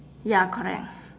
ya correct